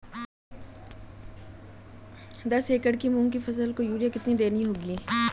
दस एकड़ में मूंग की फसल को यूरिया कितनी देनी होगी?